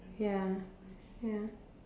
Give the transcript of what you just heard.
ya ya